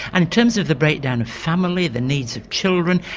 and in terms of the breakdown of family, the needs of children,